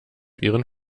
ihren